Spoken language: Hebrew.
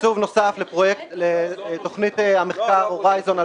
רשות האוכלוסין ומעברי הגבול.